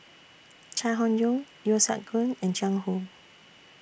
Chai Hon Yoong Yeo Siak Goon and Jiang Hu